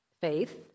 faith